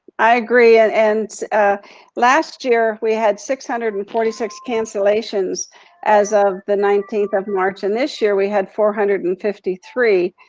i agree and, last year we had six hundred and forty six cancellations as of the nineteenth of march, and this year we had four hundred and fifty three.